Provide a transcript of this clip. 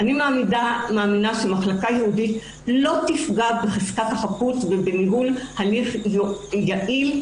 אני מאמינה שמחלקה ייעודית לא תפגע בחזקת החפות ובניהול הליך יעיל,